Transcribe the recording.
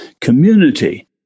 community